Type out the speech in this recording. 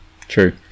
true